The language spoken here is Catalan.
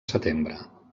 setembre